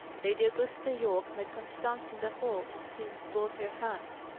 lady augusta yorke met constance in the hall, and seized both her hands.